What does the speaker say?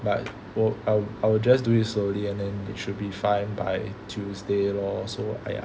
but 我 I will just do it slowly and then it should be fine by Tuesday lor so !aiya!